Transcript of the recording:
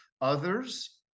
Others